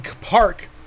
park